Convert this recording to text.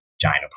giant